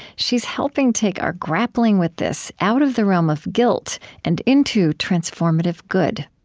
she's helping take our grappling with this out of the realm of guilt and into transformative good